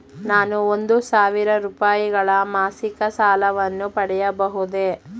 ನಾನು ಒಂದು ಸಾವಿರ ರೂಪಾಯಿಗಳ ಮಾಸಿಕ ಸಾಲವನ್ನು ಪಡೆಯಬಹುದೇ?